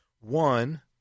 one